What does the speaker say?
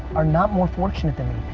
are not more fortunate than me.